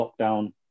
lockdown